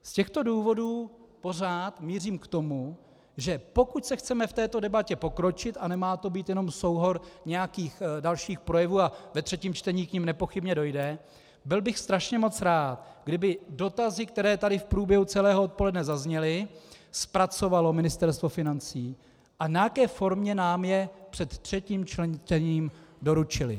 Z těchto důvodů pořád mířím k tomu, že pokud chceme v této debatě pokročit a nemá to být jenom souhrn nějakých dalších projevů, a ve třetím čtení k nim nepochybně dojde, byl bych strašně moc rád, kdyby dotazy, které tady v průběhu celého odpoledne zazněly, zpracovalo Ministerstvo financí a v nějaké formě nám je před třetím čtením doručilo.